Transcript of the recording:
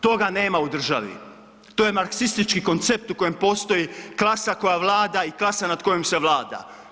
Toga nema u državi, to je marksistički koncept u kojem postoji klasa koja vlada i klasa nad kojom se vlada.